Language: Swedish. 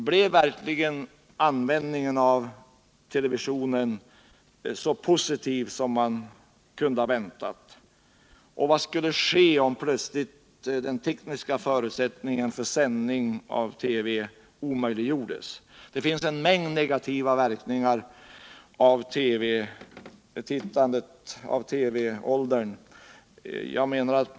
Blev verkligen användningen av televisionen så positiv som man kunde ha väntat? Vad skulle ske om plötsligt den tekniska förutsättningen för sändning av TV program omöjliggjordes? Det finns en mängd negativa verkningar av TV-tittandet och TV-åldern.